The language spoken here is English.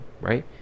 right